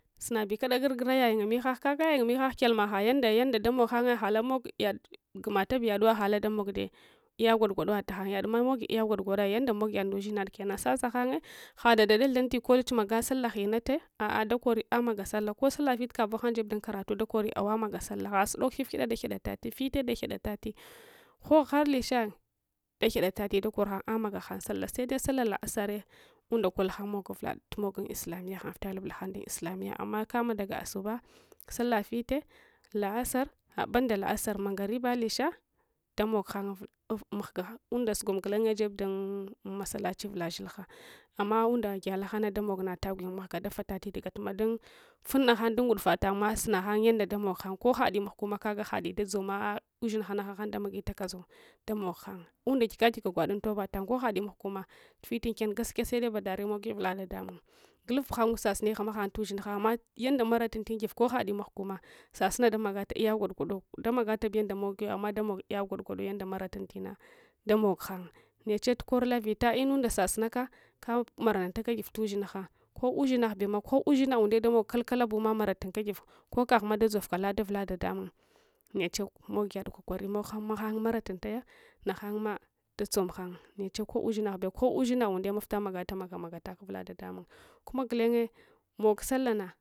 Sunabi kada gurgura yayung ndami hagh kaga yayung mihagna kyalmaagha yanda yanda damoghanye analamog yad gumatas yanda haladamogde iya gorgwadowa tahangyama mogi lya gwargw dowad yan da mogyad nda ushinad kenna sasaninye guadada dathunti kotchi maga sallah gninata a'a dakori amaga sallah lsosallah fite laboghan dafeb dunlssraudalori awmags sallah ghasudolg fgulai file da ghidals tai ghogu har lishai daghidataledakor hang amagahang sallah sede sallah lrt unda kothang moguvulad tumnog un lslamiye hang vilalublahang dun lslamiya amma lamdaga asuba sallah file laassn ghabanda laasar mangariba lisha damoqhang wulad mangs unda sugum gulendeb dun messalachi hang uvula shilhaamma unda gyehalhans damog nag nyen mangs dafalalt tugadunvun naghan dun ngudufa tanma sunshang yadda damoguhan lo hayad mahguma kaga hadi dadzoma ah ushinhanghahang damagi lszau damog hang undsbiga giga kwad untoba tang kohadimahguma dufite unken gaskiys sede btumogiya uvula dedamung gulufbuhan gu sasuni huma hang tushinghs ammayands maralunti give kohadi mahgumasasuns damagats lys gwargwado dam agatabu yanda mogiwa amms damog lysgwargwado yanda maratunlena damog hang neche tukonullah vila lnundasasunaka kamaranulcka givtuuslko ushinagh bew ko ushinna undekalkals bums maraluslcs giv kolhda dzovlaa lada uvula dedamung neche mogikwaliwan nogh hang mshantu merarunl cya naghanma da tsom hang neche ko ushinagh bewu ko ushina unde vita magatamageka magalalsa uvula ɗaɗamung kuma gulenye mog sallah nah